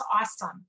awesome